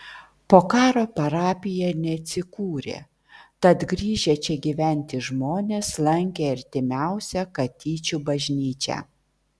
po karo parapija neatsikūrė tad grįžę čia gyventi žmonės lankė artimiausią katyčių bažnyčią